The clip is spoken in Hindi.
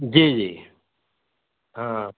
जी जी हाँ